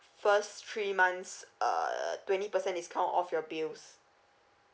first three months err twenty percent discounts off your bills